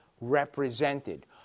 represented